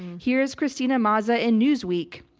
here's christina maza in newsweek.